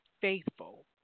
faithful